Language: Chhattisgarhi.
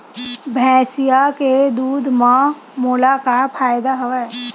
भैंसिया के दूध म मोला का फ़ायदा हवय?